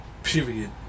Period